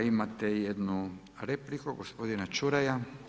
Imate i jednu repliku gospodina Čuraja.